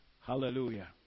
Hallelujah